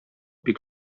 бик